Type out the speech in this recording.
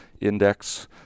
index